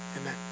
amen